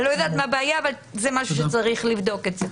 אני לא יודעת מה הבעיה אבל זה משהו שצריך לבדוק אותו.